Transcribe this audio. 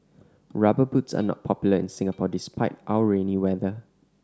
Rubber Boots are not popular in Singapore despite our rainy weather